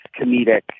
comedic